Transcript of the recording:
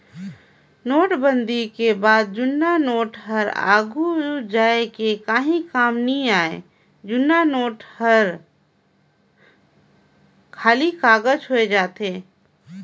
नोटबंदी के बाद जुन्ना नोट हर आघु जाए के काहीं काम नी आए जुनहा नोट मन हर खाली कागज होए जाथे